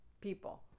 people